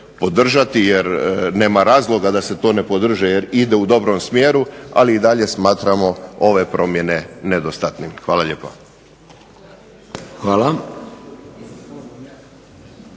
jer nema razloga da se to ne podrži ide u dobrom smjeru ali i dalje smatramo ove promjene nedostatnim. Hvala lijepo.